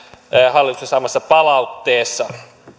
hallituksen saamassa palautteessa